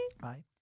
Bye